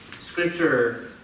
Scripture